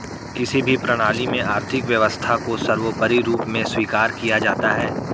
किसी भी प्रणाली में आर्थिक व्यवस्था को सर्वोपरी रूप में स्वीकार किया जाता है